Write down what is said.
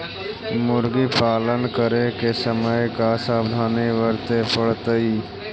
मुर्गी पालन करे के समय का सावधानी वर्तें पड़तई?